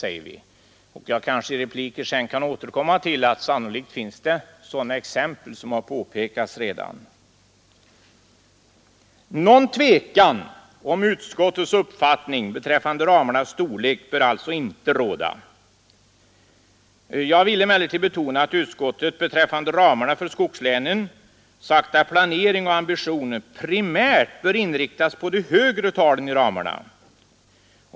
Sannolikt finns det sådana exempel — som redan har påpekats och som jag kanske kan återkomma till i repliker senare. Någon tvekan om utskottets uppfattning beträffande ramarnas storlek bör alltså inte råda. Jag vill emellertid betona att utskottet beträffande ramarna för skogslänen sagt att planering och ambitioner primärt bör inriktas på de högre talen i ramarna.